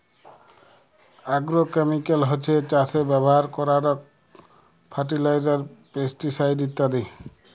agrochemical হছ্যে চাসে ব্যবহার করারক ফার্টিলাইজার, পেস্টিসাইড ইত্যাদি